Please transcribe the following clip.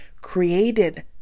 created